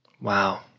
Wow